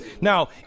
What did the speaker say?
Now